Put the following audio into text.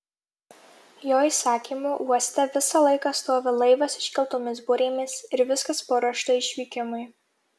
jo įsakymu uoste visą laiką stovi laivas iškeltomis burėmis ir viskas paruošta išvykimui